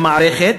המערכת,